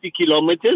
kilometers